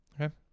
Okay